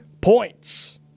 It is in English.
points